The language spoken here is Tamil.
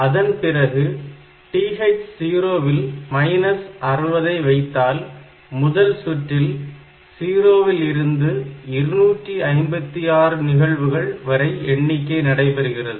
அதன்பிறகு TH0 இல் மைனஸ் 60 ஐ வைத்தால் முதல் சுற்றில் 0 வில் இருந்து 256 நிகழ்வுகள் வரை எண்ணிக்கை நடைபெறுகிறது